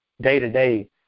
day-to-day